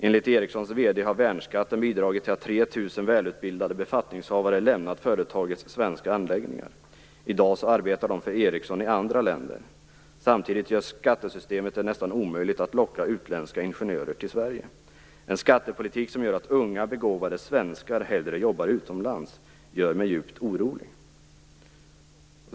Enligt Ericssons VD har värnskatten bidragit till att tretusen välutbildade befattningshavare lämnat företagets svenska anläggningar. Idag arbetar de för Ericsson i andra länder. Samtidigt gör skattesystemet det nästan omöjligt att locka utländska ingenjörer till - En skattepolitik som gör att unga, begåvade svenskar hellre jobbar utomlands gör mig djupt orolig."